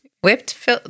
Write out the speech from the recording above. whipped